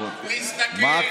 להסתכן,